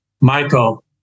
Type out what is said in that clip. Michael